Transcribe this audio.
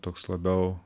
toks labiau